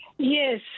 Yes